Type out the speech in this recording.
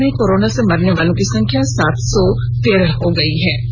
राज्य में कोरोना से मरने वालों की संख्या सात सौ तेरह हो गई है